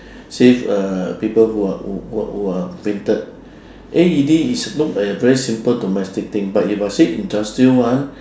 save uh people who are who who are fainted A_E_D is look like a very simple domestic thing but if I say industrial one